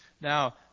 Now